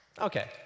Okay